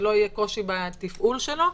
שלא יהיה קושי בתפעול שלו.